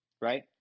Right